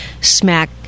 smack